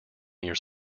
years